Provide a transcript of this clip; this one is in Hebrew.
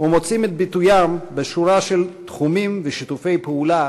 ומוצאים את ביטוים בשורה של תחומים ושיתופי פעולה